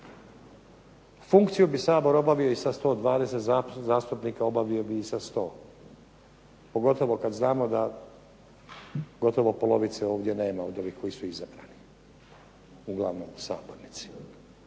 Funkciju bi Sabor obavio i sa 120 zastupnika, obavio bi i sa 100, pogotovo kad znamo da gotovo polovice ovdje nema od ovih koji su izabrani, uglavnom u sabornici.